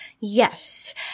Yes